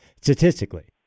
statistically